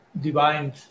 divine